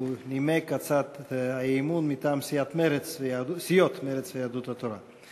הוא נימק את הצעת האי-אמון מטעם סיעות מרצ ויהדות התורה.